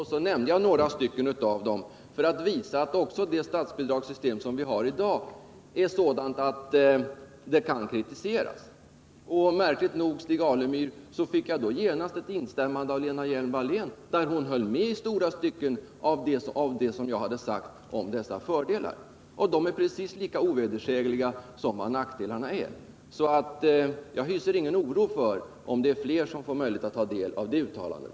Jag nämnde några av dem för att visa att också det statsbidragssystem som vi har i dag är sådant att det kan kritiseras. Och märkligt nog, Stig Alemyr, fick jag då genast instämmande av Lena Hjelm-Wallén, som i långa stycken höll med om det som jag hade sagt rörande dessa fördelar. Det är precis lika ovedersägligt att dessa fördelar finns som att nackdelarna finns, så jag hyser ingen oro, om det är fler som får möjlighet att ta del av uttalandet.